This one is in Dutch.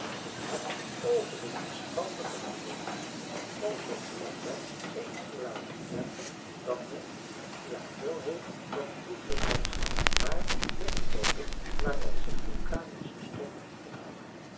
ik had het over de verstandige gewoonte om zoo nu en dan eens te laten merken dat men ja veel heeft van een lieflijk landschap maar met een bodem waarin zich vulkanische stoffen ophouden